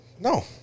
No